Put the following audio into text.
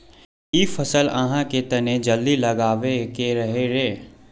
इ फसल आहाँ के तने जल्दी लागबे के रहे रे?